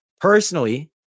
Personally